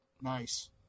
nice